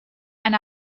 and